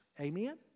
Amen